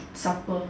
supper